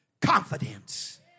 confidence